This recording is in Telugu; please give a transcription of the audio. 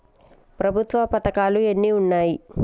ప్రభుత్వ పథకాలు ఎన్ని ఉన్నాయి?